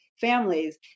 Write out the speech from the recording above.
families